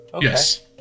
Yes